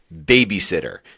babysitter